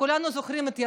כולנו זוכרים את ירדנה,